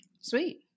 Sweet